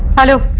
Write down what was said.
hello.